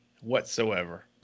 whatsoever